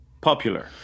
popular